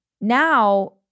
now